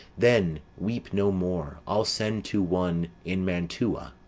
then weep no more. i'll send to one in mantua,